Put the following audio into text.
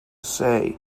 say